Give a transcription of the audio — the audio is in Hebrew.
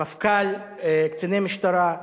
המפכ"ל, קציני משטרה,